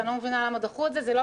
אני לא מבינה למה דחו את זה.